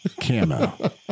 camo